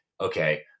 okay